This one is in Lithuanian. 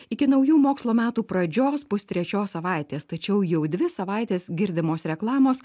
iki naujų mokslo metų pradžios pustrečios savaitės tačiau jau dvi savaites girdimos reklamos